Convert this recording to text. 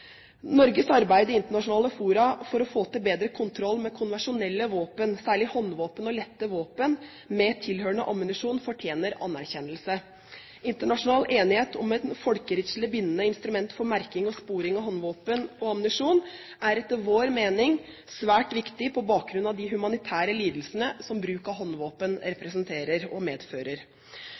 Norges arbeid i internasjonale fora for å få til bedre kontroll med konvensjonelle våpen, særlig håndvåpen og lette våpen, med tilhørende ammunisjon fortjener anerkjennelse. Internasjonal enighet om et folkerettslig bindende instrument for merking og sporing av håndvåpen og ammunisjon er etter vår mening svært viktig på bakgrunn av de humanitære lidelsene som bruk av håndvåpen representerer og medfører.